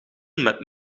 met